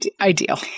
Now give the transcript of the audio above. ideal